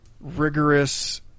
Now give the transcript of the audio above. rigorous